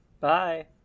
Bye